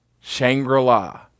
Shangri-La